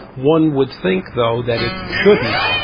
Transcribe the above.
one would think though that it shouldn't,